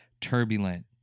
turbulent